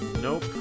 Nope